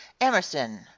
emerson